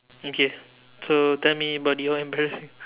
okay so tell me about your embarrassing